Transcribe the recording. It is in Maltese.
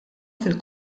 fil